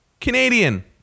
Canadian